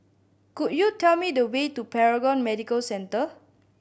could you tell me the way to Paragon Medical Centre